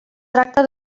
tracta